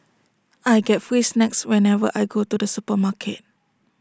I get free snacks whenever I go to the supermarket